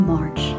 March